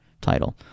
title